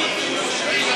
אז אני כמוסלמי,